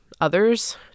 others